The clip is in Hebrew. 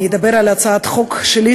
אני אדבר על הצעת החוק שלי,